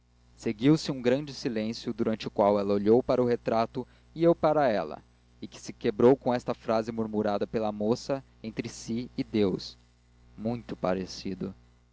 seguiu-se um grande silêncio durante o qual ela olhou para o retrato e eu para ela e que se quebrou com esta frase murmurada pela moça entre si e deus muito parecido